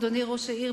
אדוני ראש העיר,